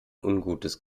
ungutes